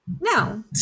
No